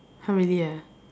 !huh! really ah